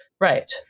Right